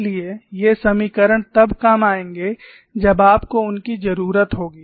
इसलिए ये समीकरण तब काम आएंगे जब आपको उनकी जरूरत होगी